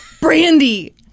Brandy